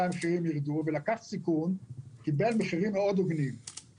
המחירים ירדו ולקח סיכון קיבל מחירים הוגנים מאוד,